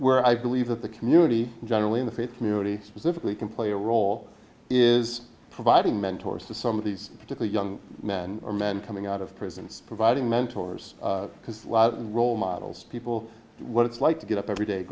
where i believe that the community generally in the faith community specifically can play a role is providing mentors to some of these particular young men are men coming out of prison providing mentors because the role models people what it's like to get up every day